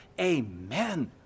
Amen